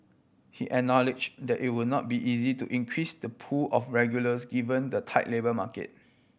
he acknowledge that it will not be easy to increase the pool of regulars given the tight labour market